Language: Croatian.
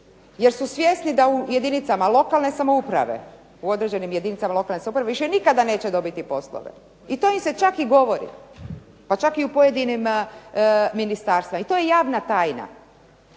jer su svjesni da u jedinicama lokalne samouprave, u određenim jedinicama lokalne samouprave više nikada neće dobiti poslove i to im se čak i govori pa čak i u pojedinim ministarstvima. I to je javna tajna,